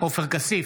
עופר כסיף,